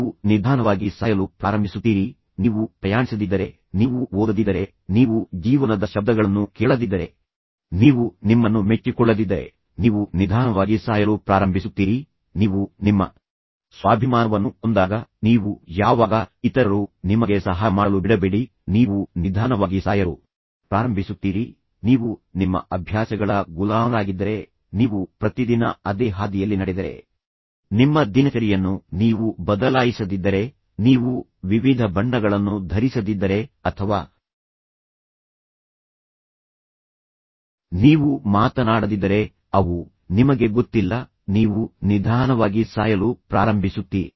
ನೀವು ನಿಧಾನವಾಗಿ ಸಾಯಲು ಪ್ರಾರಂಭಿಸುತ್ತೀರಿ ನೀವು ಪ್ರಯಾಣಿಸದಿದ್ದರೆ ನೀವು ಓದದಿದ್ದರೆ ನೀವು ಜೀವನದ ಶಬ್ದಗಳನ್ನು ಕೇಳದಿದ್ದರೆ ನೀವು ನಿಮ್ಮನ್ನು ಮೆಚ್ಚಿಕೊಳ್ಳದಿದ್ದರೆ ನೀವು ನಿಧಾನವಾಗಿ ಸಾಯಲು ಪ್ರಾರಂಭಿಸುತ್ತೀರಿ ನೀವು ನಿಮ್ಮ ಸ್ವಾಭಿಮಾನವನ್ನು ಕೊಂದಾಗ ನೀವು ಯಾವಾಗ ಇತರರು ನಿಮಗೆ ಸಹಾಯ ಮಾಡಲು ಬಿಡಬೇಡಿ ನೀವು ನಿಧಾನವಾಗಿ ಸಾಯಲು ಪ್ರಾರಂಭಿಸುತ್ತೀರಿ ನೀವು ನಿಮ್ಮ ಅಭ್ಯಾಸಗಳ ಗುಲಾಮರಾಗಿದ್ದರೆ ನೀವು ಪ್ರತಿದಿನ ಅದೇ ಹಾದಿಯಲ್ಲಿ ನಡೆದರೆ ನಿಮ್ಮ ದಿನಚರಿಯನ್ನು ನೀವು ಬದಲಾಯಿಸದಿದ್ದರೆ ನೀವು ವಿವಿಧ ಬಣ್ಣಗಳನ್ನು ಧರಿಸದಿದ್ದರೆ ಅಥವಾ ನಿಮ್ಮ ದಿನಚರಿಯನ್ನು ನೀವು ಬದಲಾಯಿಸದಿದ್ದರೆ ನೀವು ವಿವಿಧ ಬಣ್ಣಗಳನ್ನು ಧರಿಸದಿದ್ದರೆ ಅಥವಾ ನೀವು ಮಾತನಾಡದಿದ್ದರೆ ಅವು ನಿಮಗೆ ಗೊತ್ತಿಲ್ಲ ನೀವು ನಿಧಾನವಾಗಿ ಸಾಯಲು ಪ್ರಾರಂಭಿಸುತ್ತೀರಿ